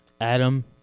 Adam